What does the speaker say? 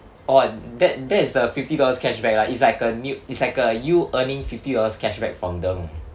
orh that that's the fifty dollars cashback lah it's like a new it's like uh you earning fifty dollars cashback from them